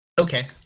Okay